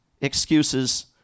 excuses